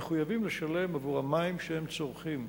מחויבים לשלם עבור המים שהם צורכים.